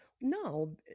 no